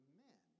men